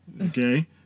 Okay